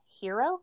hero